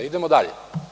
Idemo dalje.